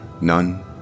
None